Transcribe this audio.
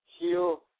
Heal